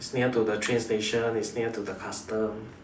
its near to the train station it's near to the custom